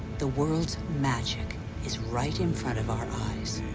the world's magic is right in front of our eyes.